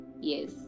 Yes